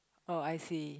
oh I see